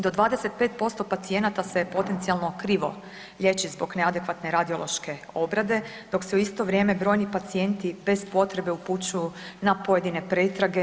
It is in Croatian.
Do 25% pacijenata se potencijalno krivo liječi zbog neadekvatne radiološke obrade, dok se u isto vrijeme brojni pacijenti bez potrebe upućuju na pojedine pretrage.